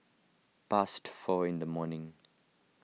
past four in the morning